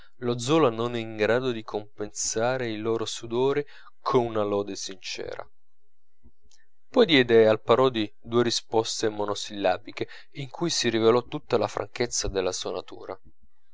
lo zola non è in grado di compensare i loro sudori con una lode sincera poi diede al parodi due risposte monosillabiche in cui si rivelò tutta la franchezza della sua natura